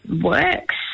works